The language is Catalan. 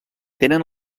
tenen